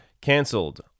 Cancelled